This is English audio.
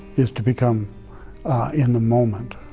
is to become in the moment,